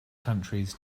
countries